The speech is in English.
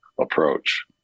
approach